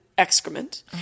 excrement